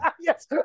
yes